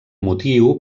motiu